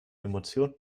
emotion